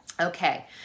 Okay